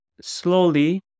slowly